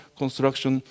construction